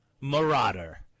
Marauder